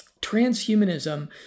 Transhumanism